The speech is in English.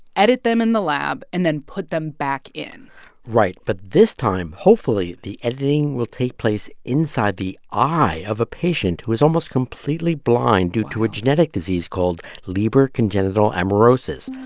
edit them in the lab and then put them back in right. but this time, hopefully, the editing will take place inside the eye of a patient who is almost completely blind. wow. due to a genetic disease called leber congenital amaurosis.